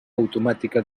automàtica